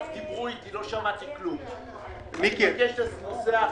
לא שמעתי, סליחה.